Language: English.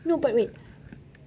no but wait